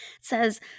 says